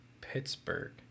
Pittsburgh